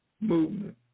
movement